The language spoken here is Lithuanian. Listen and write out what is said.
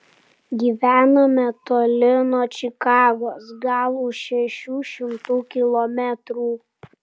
gyvenome toli nuo čikagos gal už šešių šimtų kilometrų